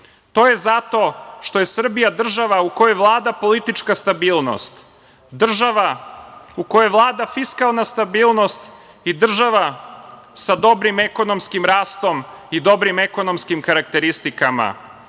To je zato što je Srbija država u kojoj vlada politička stabilnost, država u kojoj vlada fiskalna stabilnost i država sa dobrim ekonomskim rastom i dobrim ekonomskim karakteristikama.